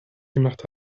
gemacht